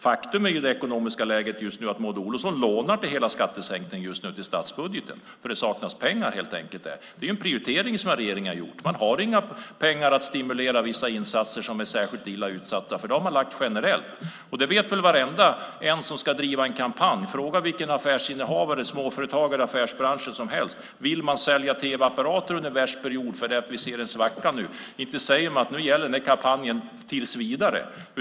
Faktum är att Maud Olofsson i det ekonomiska läge som råder just nu lånar till hela skattesänkningen till statsbudgeten. Det saknas helt enkelt pengar där. Det är en prioritering som regeringen har gjort. Man har inga pengar till vissa stimulansinsatser på områden som är särskilt illa utsatta, för de pengarna har man lagt generellt. Det vet väl varenda en som ska driva en kampanj - fråga vilken affärsinnehavare, småföretagare i affärsbranschen som helst - att vill man sälja tv-apparater under en period där man ser en svacka, inte säger man att den här kampanjen gäller tills vidare.